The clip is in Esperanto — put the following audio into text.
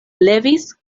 levis